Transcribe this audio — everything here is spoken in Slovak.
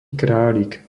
králik